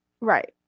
Right